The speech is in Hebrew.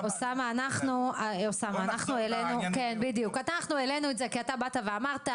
אוסאמה, אנחנו העלינו את זה כי אתה באת ואמרת,